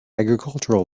agricultural